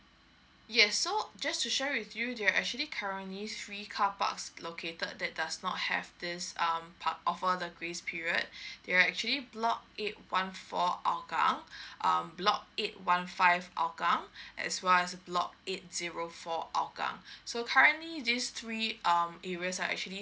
yes so just to share with you there are actually currently free carparks located that does not have this um park offer the grace period they're actually block eight one four hougang um block eight one five hougang as well as block eight zero four hougang so currently these three um areas are actually